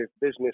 business